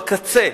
בקצה,